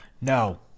No